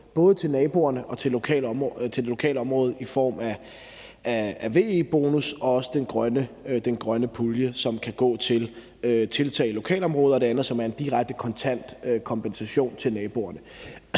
både naboerne og det lokale område i form af ve-bonusser, og der er også den grønne pulje, som kan gå til tiltag i lokalområdet; det andet er en direkte kontant kompensation til naboerne.